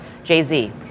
Jay-Z